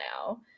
now